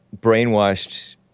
brainwashed